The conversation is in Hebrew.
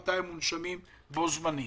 ל-1,200 מונשמים בו-זמנית